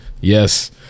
Yes